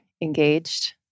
engaged